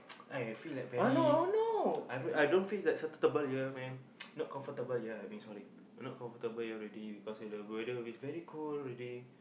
I feel like very I don't I don't feel that accpetable here man not comfortable here I mean sorry not comfortable here already because of the weather is very cold already have to do something